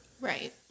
Right